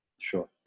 sure